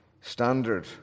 standard